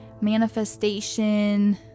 manifestation